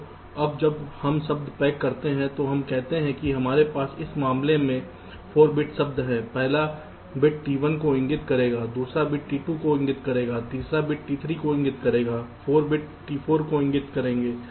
तो अब जब हम शब्द पैक करते हैं तो हम कहते हैं कि हमारे पास इस मामले में एक 4 बिट शब्द है पहला बिट T1 को इंगित करेगा दूसरा बिट T2 को इंगित करेगा तीसरा बिट T3 को इंगित करेगा 4 बिट T4 को इंगित करेगा